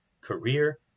career